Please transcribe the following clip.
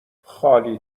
خالی